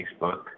Facebook